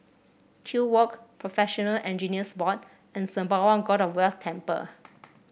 Kew Walk Professional Engineers Board and Sembawang God of Wealth Temple